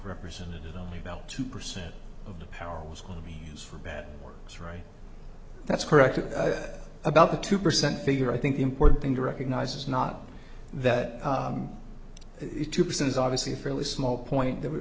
represented only about two percent of the power was going to me use for bad works right that's correct i said about the two percent figure i think the important thing to recognize is not that it two percent is obviously a fairly small point th